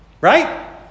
Right